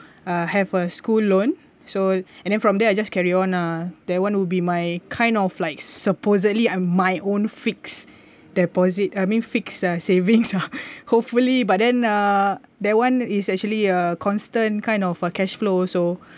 uh have a school loan so and then from there I just carry on lah that one would be my kind of like supposedly um my own fixed deposit I mean fixed uh savings ah hopefully but then uh that one is actually a constant kind of a cash flow so uh